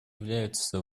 является